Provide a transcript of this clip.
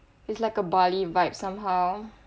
it's like a bali vibe somehow